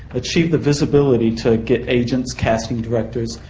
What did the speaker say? but achieve the visibility to get agents, casting directors,